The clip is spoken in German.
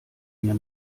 mir